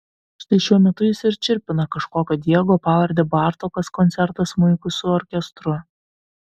štai šiuo metu jis ir čirpina kažkokio diego pavarde bartokas koncertą smuikui su orkestru